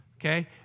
okay